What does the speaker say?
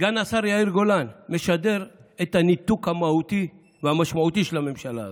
סגן השר יאיר גולן משדר את הניתוק המהותי והמשמעותי של הממשלה הזאת,